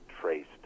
traced